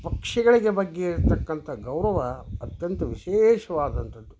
ಪಕ್ಷಿಗಳ ಬಗ್ಗೆ ಇರತಕ್ಕಂಥ ಗೌರವ ಅತ್ಯಂತ ವಿಶೇಷವಾದಂತದ್ದು